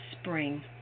spring